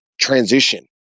transition